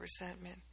resentment